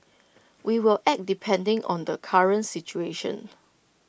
we will act depending on the current situation